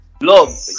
love